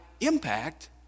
impact